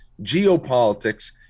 geopolitics